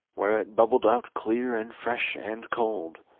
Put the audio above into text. where it bubbled out clear and fresh and cold.